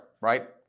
right